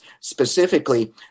specifically